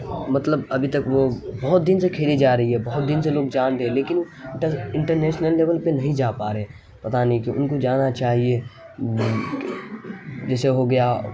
مطلب ابھی تک وہ بہت دن سے کھیلی جا رہی ہے بہت دن سے لوگ جان رہے لیکن انٹرنیسنل لیول پہ نہیں جا پا رہیں پتا نہیں کیوں ان کو جانا چاہیے جیسے ہو گیا